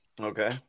Okay